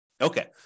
Okay